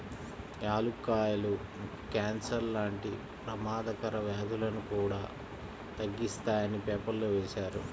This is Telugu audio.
యాలుక్కాయాలు కాన్సర్ లాంటి పెమాదకర వ్యాధులను కూడా తగ్గిత్తాయని పేపర్లో వేశారు